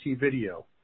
video